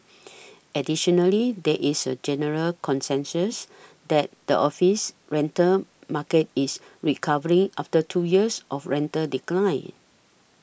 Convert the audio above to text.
additionally there is a general consensus that the office rental market is recovering after two years of rental decline